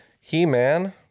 He-Man